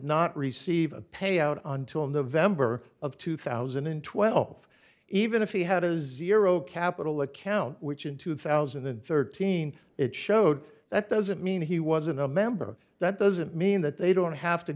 not receive a payout until november of two thousand and twelve even if he had a zero capital account which in two thousand and thirteen it showed that doesn't mean he wasn't a member that doesn't mean that they don't have to